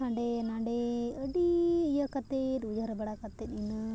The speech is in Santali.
ᱦᱟᱸᱰᱮ ᱱᱷᱟᱰᱮ ᱟᱹᱰᱤ ᱤᱭᱟᱹ ᱠᱟᱛᱮᱫ ᱩᱭᱦᱟᱹᱨ ᱵᱟᱲᱟ ᱠᱟᱛᱮᱫ ᱤᱱᱟᱹ